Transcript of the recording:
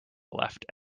left